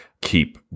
keep